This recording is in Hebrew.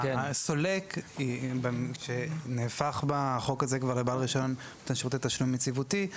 הסולק שהפך בחוק הזה לבעל רישיון למתן שירותי תשלום יציבותי,